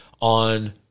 on